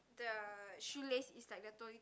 the shoelace is like the